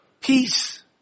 peace